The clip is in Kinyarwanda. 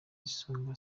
isonga